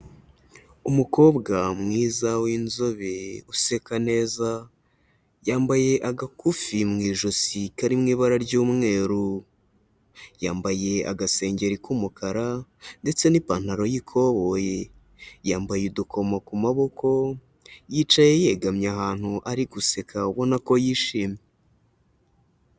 Umukobwa mwiza w'inzobe, useka neza, yambaye agakufi mu ijosi kari mu ibara ry'umweru. Yambaye agasengeri k'umukara ndetse n'ipantaro y'ikoboyi. Yambaye udukomo ku maboko, yicaye yegamye ahantu ari guseka, ubona ko yishimye.